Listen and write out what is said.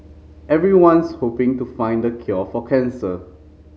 everyone's hoping to find the cure for cancer